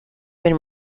been